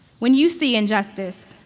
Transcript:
when you see injustice,